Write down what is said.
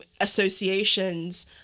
associations